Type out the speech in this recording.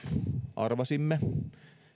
arvasimme